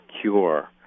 cure